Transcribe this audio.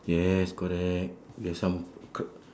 yes correct we have some c~